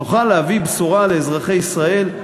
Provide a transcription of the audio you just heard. נוכל להביא בשורה לאזרחי ישראל,